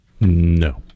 No